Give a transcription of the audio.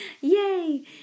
Yay